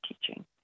teaching